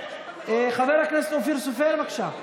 חבר הכנסת אופיר סופר, בבקשה.